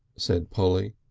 said polly.